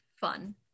fun